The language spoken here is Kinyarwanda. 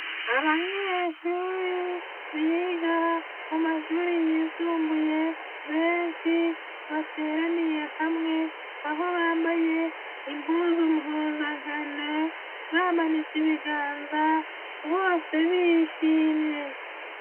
Abanyeshuri biga mu mashuri yisumbuye benshi bateraniye hamwe, aho bambaye impuzu mpuzangano bamanitse ibiganza bose bishimye.